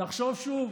תחשוב שוב.